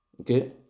okay